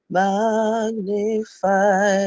magnify